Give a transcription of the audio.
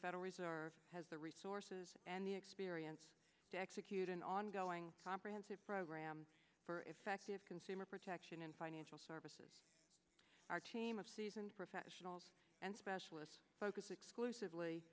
federal reserve has the resources and the experience to execute an ongoing comprehensive program for effective consumer protection and financial services our team of seasoned professionals and specialists focus exclusively